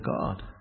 God